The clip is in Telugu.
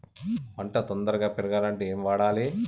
పంట తొందరగా పెరగాలంటే ఏమి వాడాలి?